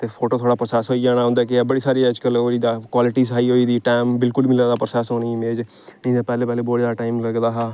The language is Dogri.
ते फोटो थुआढ़ा प्रोसैस होई जाना उंदा केह् ऐ बड़ी सारी अज्जकल ओह् होई गेदा कोआलिटी हाई गेदी टाइम बिलकुल निं लगदा प्रोसैस होने गी इमेज ते पैह्ले पैह्ले बड़ा जैदा टाइम लगदा हा